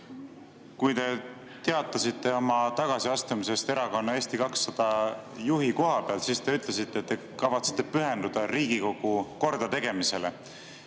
Kui te teatasite oma tagasiastumisest Erakonna Eesti 200 juhi koha pealt, siis te ütlesite, et te kavatsete pühenduda Riigikogu kordategemisele.